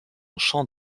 champ